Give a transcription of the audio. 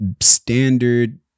standard